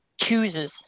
chooses